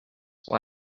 why